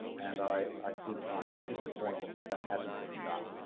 and i i think i'm disappointed that that hasn't been done.